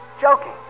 joking